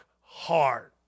hard